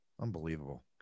Unbelievable